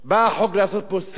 החוק בא לעשות סדר,